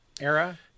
era